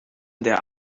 der